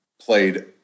played